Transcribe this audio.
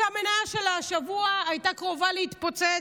שהמנייה שלה השבוע הייתה קרובה להתפוצץ,